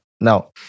Now